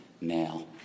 now